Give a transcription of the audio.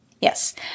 Yes